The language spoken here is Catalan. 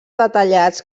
detallats